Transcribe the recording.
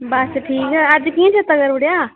बस ठीक अज्ज कि'यां चेत्ता करी ओड़ेआ